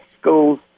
schools